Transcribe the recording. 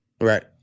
Right